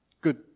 good